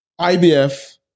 IBF